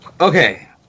Okay